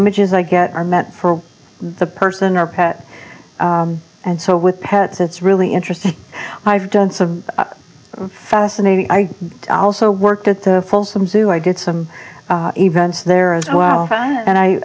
images i get are meant for the person or pet and so with pets it's really interesting i've done some fascinating i also worked at the folsom zoo i did some events there as well and i